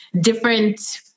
different